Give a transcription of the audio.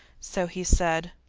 so he said